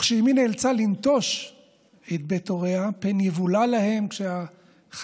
כשאימי נאלצה לנטוש את בית הוריה פן יבולע להם כשהחיילים